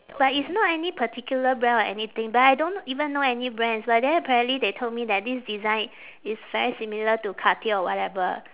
but it's not any particular brand or anything but I don't even know any brands but then apparently they told me that this design is very similar to cartier or whatever